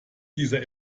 dieser